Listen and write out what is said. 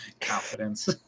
Confidence